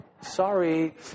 sorry